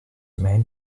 main